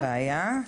אין בעיה.